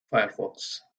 firefox